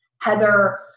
Heather